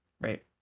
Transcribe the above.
right